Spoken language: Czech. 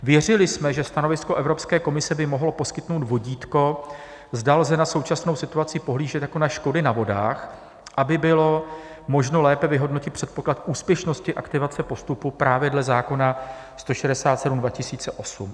Věřili jsme, že stanovisko Evropské komise by mohlo poskytnout vodítko, zda lze na současnou situaci pohlížet jako na škody na vodách, aby bylo možno lépe vyhodnotit předpoklad úspěšnosti aktivace postupu právě dle zákona č. 167/2008 Sb.